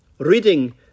reading